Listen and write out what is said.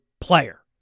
PLAYER